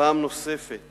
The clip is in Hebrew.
פעם נוספת